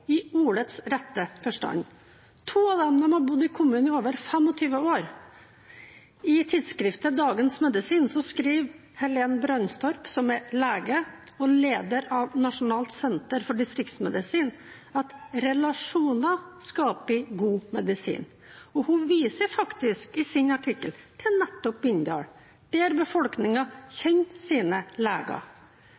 i ordets rette forstand. To av dem har bodd i kommunen i over 25 år. I tidsskriftet Dagens Medisin skriver Helen Brandstorp, som er lege og leder av Nasjonalt senter for distriktsmedisin, at relasjoner skaper god medisin. Hun viser faktisk i sin artikkel til nettopp Bindal, der